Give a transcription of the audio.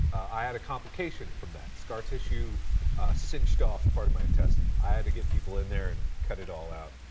i had a complication from that. scar tissue cinched off part of my intestine. i had to get people in there and cut it all out.